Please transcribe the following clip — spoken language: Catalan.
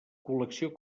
col·lecció